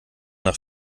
nach